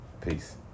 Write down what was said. Peace